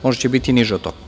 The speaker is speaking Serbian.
Možda će biti niže od toga.